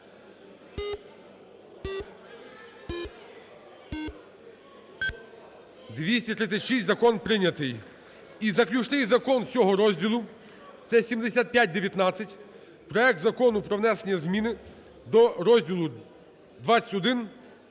236. Закон прийнятий. І заключний Закон цього розділу - це 7519: проект Закону про внесення зміни до розділу XXI